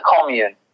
commune